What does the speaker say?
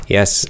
Yes